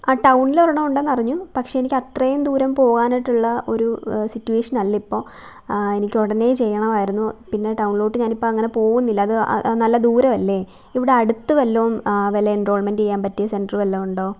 ആ ടൗണിൽ ഒരെണ്ണം ഉണ്ടെന്ന് അറിഞ്ഞു പക്ഷേ എനിക്ക് അത്രയും ദൂരം പോകാനായിട്ടുള്ള ഒരു സിറ്റുവേഷൻ അല്ല ഇപ്പോൾ എനിക്ക് ഉടനെ ചെയ്യണമായിരുന്നു പിന്നെ ടൗണിലോട്ട് ഞാനിപ്പോൾ അങ്ങനെ പോവുന്നില്ല അത് നല്ല ദൂരമല്ലേ ഇവിടെ അടുത്ത് വല്ലതും വല്ല എൻറോൾമെൻ്റ് ചെയ്യാൻ പറ്റിയ സെന്റര് വല്ലതും ഉണ്ടോ